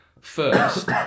first